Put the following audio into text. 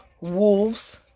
Wolves